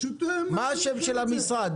מה השם הרשמי של המשרד?